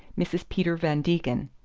mrs. peter van degen.